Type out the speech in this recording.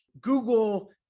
Google